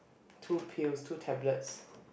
two pills two tablets